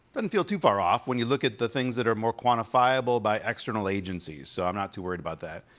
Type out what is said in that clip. and feel too far off when you look at the things that are more quantifiable by external agencies. so i'm not too worried about that.